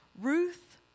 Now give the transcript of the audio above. Ruth